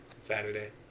Saturday